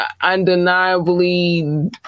undeniably